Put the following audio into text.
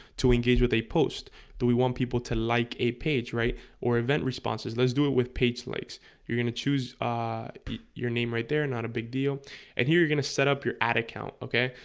to engage what they post do we want people to like a page right or event responses? let's do it with page likes you're gonna choose your name right there, and not a big deal and here gonna set up your ad account okay,